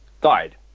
died